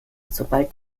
sobald